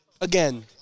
Again